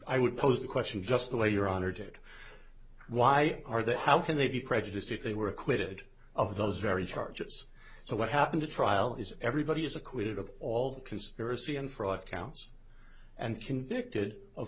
i would pose the question just the way your honor did why are they how can they be prejudiced if they were acquitted of those very charges so what happened to trial is everybody is acquitted of all the conspiracy and fraud counts and convicted of